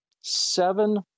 seven